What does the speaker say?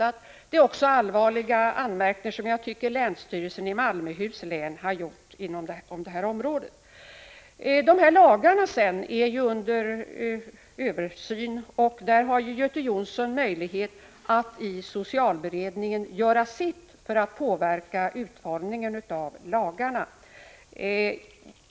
Jag tycker också att det är allvarliga anmärkningar som länsstyrelsen i Malmöhus län har gjort inom det här området. Vad sedan gäller lagarna vill jag framhålla att dessa är under översyn, och Göte Jonsson har möjlighet att i socialberedningen göra sitt för att påverka utformningen av dem.